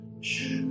Shh